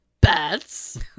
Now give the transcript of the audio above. Bats